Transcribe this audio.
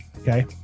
Okay